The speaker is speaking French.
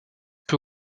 peu